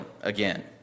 again